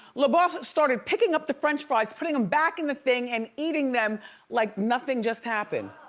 labeouf started picking up the french fries, putting them back in the thing and eating them like nothing just happened.